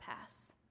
pass